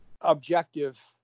objective